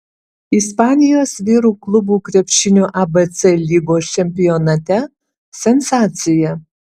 ispanijos vyrų klubų krepšinio abc lygos čempionate sensacija